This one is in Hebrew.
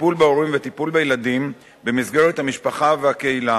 טיפול בהורים וטיפול בילדים במסגרת המשפחה והקהילה.